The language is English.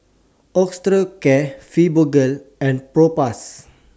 Osteocare Fibogel and Propass